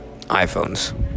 iphones